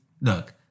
look